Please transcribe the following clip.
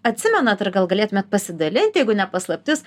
atsimenat ar gal galėtumėt pasidalinti jeigu ne paslaptis